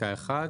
בפסקה (1),